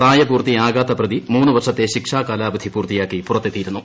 പ്രായപൂർത്തിയാകാത്ത പ്രതി മൂന്ന് വർഷത്തെ ശിക്ഷാകാലാവധി പൂർത്തിയാക്കി പുറത്തെത്തിയിരുന്നു